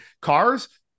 cars